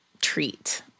treat